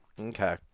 Okay